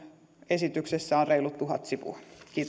esityksessä on reilut tuhat sivua